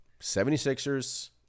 76ers